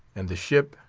and the ship,